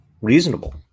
reasonable